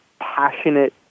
passionate